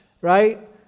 right